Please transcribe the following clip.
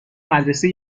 مدرسه